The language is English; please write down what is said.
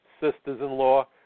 sisters-in-law